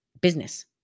business